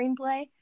screenplay